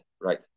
Right